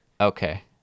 Okay